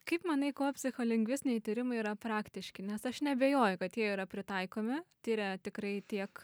kaip manai kuo psicholingvistiniai tyrimai yra praktiški nes aš neabejoju kad jie yra pritaikomi tiria tikrai tiek